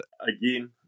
Again